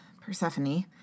Persephone